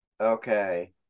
Okay